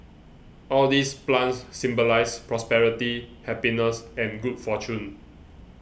all these plants symbolise prosperity happiness and good fortune